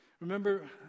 Remember